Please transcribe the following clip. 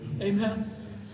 Amen